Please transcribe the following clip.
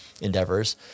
endeavors